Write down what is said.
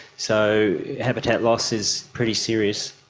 so habitat loss is pretty serious.